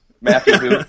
Matthew